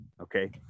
okay